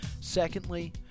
Secondly